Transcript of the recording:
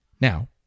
now